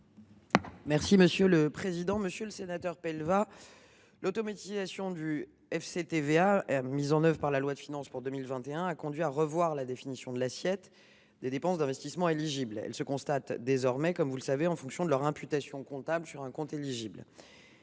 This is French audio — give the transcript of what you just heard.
Mme la ministre déléguée. Monsieur le sénateur Pellevat, l’automatisation du FCTVA mise en œuvre par la loi de finances pour 2021 a conduit à revoir la définition de l’assiette des dépenses d’investissement éligibles : elle se constate désormais en fonction de leur imputation comptable sur un compte éligible.